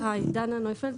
דנה נויפלד,